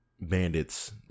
bandits